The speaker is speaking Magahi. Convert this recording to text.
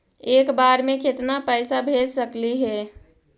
एक बार मे केतना पैसा भेज सकली हे?